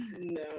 No